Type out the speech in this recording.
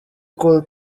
kul